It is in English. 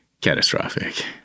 catastrophic